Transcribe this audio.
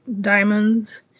diamonds